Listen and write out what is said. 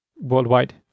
worldwide